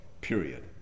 period